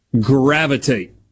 gravitate